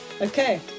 Okay